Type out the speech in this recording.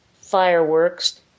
fireworks